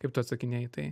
kaip tu atsakinėji į tai